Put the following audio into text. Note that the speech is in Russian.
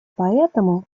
поэтому